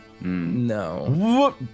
No